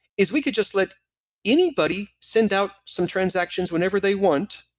is we could just let anybody send out some transactions whenever they want,